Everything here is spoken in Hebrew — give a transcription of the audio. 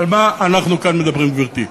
על מה אנחנו כאן מדברים, גברתי?